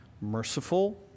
merciful